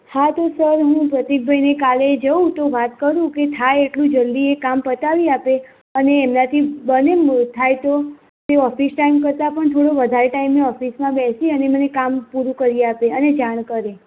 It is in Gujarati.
હા તો સર હું પ્રતિકભાઈને કાલે જઉં તો વાત કરું કે થાય એટલું જલ્દી એ કામ પતાવી આપે અને એમનાથી બને મ થાય તો ઓફિસ ટાઇમ કરતાં પણ થોડો વધારે ટાઇમ ઓફિસમાં બેસી અને મને કામ પૂરું કરી આપે અને જાણ કરે